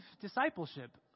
discipleship